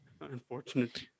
unfortunately